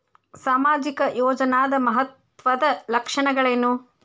ಸಾಮಾಜಿಕ ಯೋಜನಾದ ಮಹತ್ವದ್ದ ಲಕ್ಷಣಗಳೇನು?